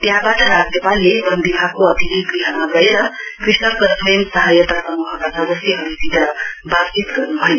त्यहाँबाट राज्यपालले बन विभागको अतिथि गृहमा गएर कृषक र स्वयं सहायता समूहका सदस्यहरूसित वातचीत गर्नुभयो